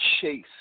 chase